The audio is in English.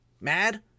mad